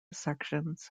sections